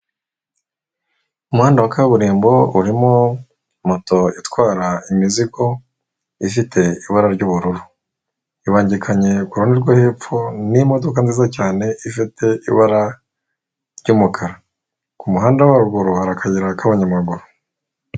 Umuhanda wa kaburimbo urimo moto itwara imizigo ifite ibara ry'ubururu, ibangikanye kuruhande rwo hepfo nimodoka nziza cyane ifite ibara ry'umukara. Kumuhanda waharuguru hari akayira k'abanyamaguru.